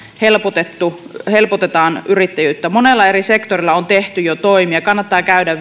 ja helpotetaan yrittäjyyttä monella eri sektorilla on tehty jo toimia kannattaa käydä